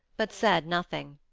but said nothing.